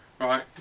Right